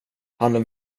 han